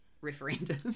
referendum